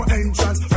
entrance